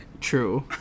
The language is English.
True